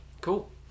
Cool